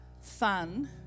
fun